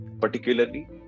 particularly